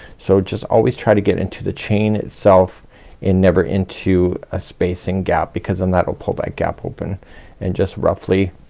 so just always try to get into the chain itself and never into a spacing gap because then that will pull that gap open and just roughly